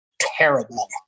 terrible